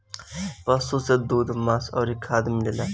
पशु से दूध, मांस अउरी खाद मिलेला